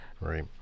right